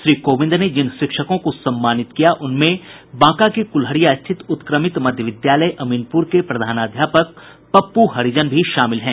श्री कोविंद ने जिन शिक्षकों को सम्मानित किया उनमें बांका के कुल्हरिया स्थित उत्क्रमित मध्य विद्यालय अमीनपुर के प्रधानाध्यापक पप्पू हरिजन भी शामिल हैं